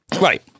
right